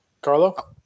Carlo